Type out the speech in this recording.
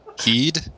Heed